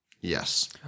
Yes